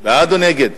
בעד או נגד?